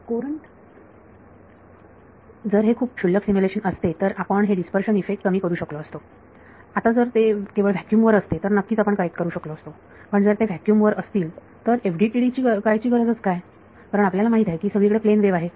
विद्यार्थी कुरंट जर हे खूप क्षुल्लक सिम्युलेशन असते तर आपण हे डीस्पर्शन इफेक्ट कमी करू शकलो असतो आता जर ते केवळ व्हॅक्युम वर असते तर नक्कीच आपण करेक्ट करू शकलो असतो पण जर ते फक्त व्हॅक्युम वर असतील तर FDTD करायची गरजच काय कारण आपल्याला माहित आहे की सगळीकडे प्लेन वेव्ह आहे